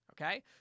Okay